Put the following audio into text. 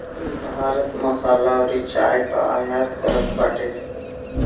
भारत मसाला अउरी चाय कअ आयत करत बाटे